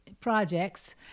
projects